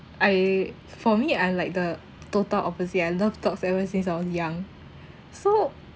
I for me I like the total opposite I love dogs ever since I was young so